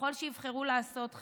ככל שייבחרו לעשות כן,